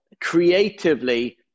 creatively